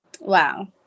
Wow